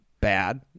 bad